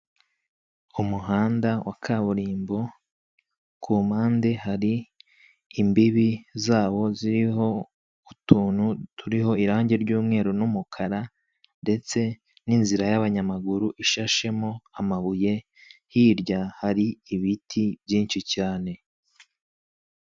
Umuhanda wa kaburimbo ku mpande hari imbibi zawo ziriho utuntu turiho irange ry'umweru n'umukara ndetse n'inzira y'abanyamaguru ishashemo amabuye, hirya hari ibiti byinshi cyane.